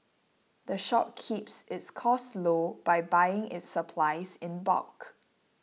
the shop keeps its costs low by buying its supplies in bulk